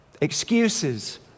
Excuses